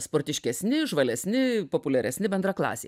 sportiškesni žvalesni populiaresni bendraklasiai